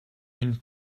une